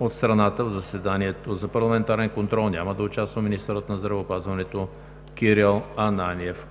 от страната в заседанието за парламентарен контрол няма да участва министърът на здравеопазването Кирил Ананиев.